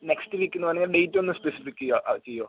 next week എന്ന് പറഞ്ഞാൽ date ഒന്ന് സ്പെസിഫിക്ക് യ്യാ ആ ചെയ്യുവോ